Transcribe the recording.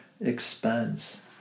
expense